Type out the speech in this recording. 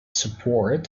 support